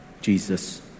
Jesus